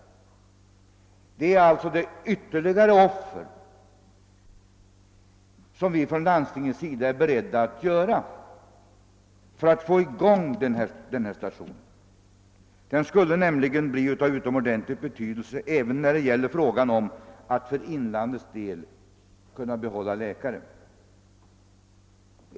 Det är alltså det ytterligare offer som vi från landstingets sida är beredda att göra för att få i gång den här stationen. Den skulle nämligen bli av utomordentlig betydelse även när det gäller att behålla läkare i inlandet.